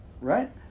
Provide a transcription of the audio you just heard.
right